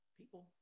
people